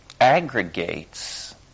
aggregates